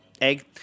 Egg